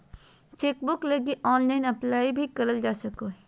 chequebook लगी online apply भी करल जा सको हइ